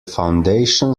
foundation